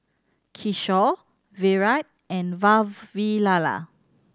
Kishore Virat and Vavilala